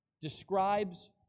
describes